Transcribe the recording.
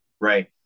right